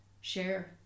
share